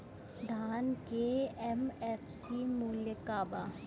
धान के एम.एफ.सी मूल्य का बा?